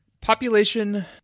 Population